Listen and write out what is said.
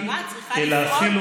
אבל המשטרה צריכה לפעול,